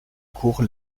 cour